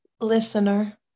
listener